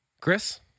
Chris